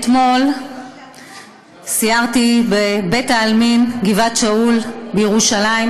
אתמול סיירתי בבית-העלמין גבעת שאול בירושלים,